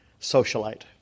socialite